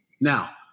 Now